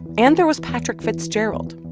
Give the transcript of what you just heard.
and there was patrick fitzgerald.